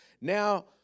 Now